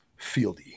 fieldy